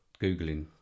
googling